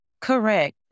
Correct